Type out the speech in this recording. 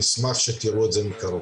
נשמח שתראו את זה מקרוב.